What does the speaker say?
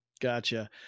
Gotcha